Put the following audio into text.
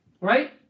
Right